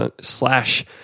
slash